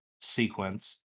sequence